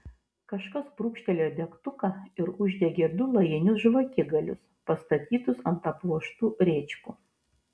kažkas brūkštelėjo degtuką ir uždegė du lajinius žvakigalius pastatytus ant apvožtų rėčkų